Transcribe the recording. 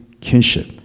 Kinship